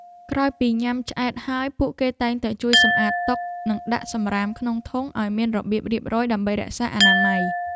ក្រោយពីញ៉ាំឆ្អែតហើយពួកគេតែងតែជួយសម្អាតតុនិងដាក់សម្រាមក្នុងធុងឱ្យមានរបៀបរៀបរយដើម្បីរក្សាអនាម័យ។